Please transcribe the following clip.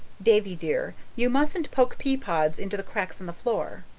davy, dear, you mustn't poke peapods into the cracks of the floor.